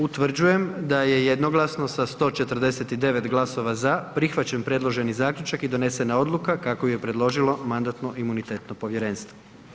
Utvrđujem da je jednoglasno sa 149 glasova „za“ prihvaćen predloženi zaključak i donesena odluka kako ju je predložilo Mandatno-imunitetno povjerenstvo.